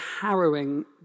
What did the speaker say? harrowing